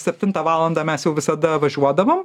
septintą valandą mes jau visada važiuodavom